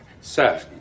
Sir